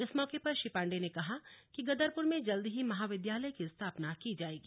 इस मौके पर श्री पांडेय ने कहा कि गदरपुर में जल्द ही महाविद्यालय की स्थापना की जायेगी